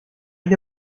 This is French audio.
une